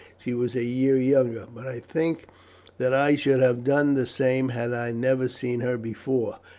she was a year younger but i think that i should have done the same had i never seen her before.